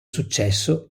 successo